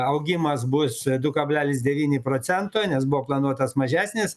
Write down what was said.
augimas bus du kablelis devyni procento nes buvo planuotas mažesnis